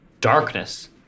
darkness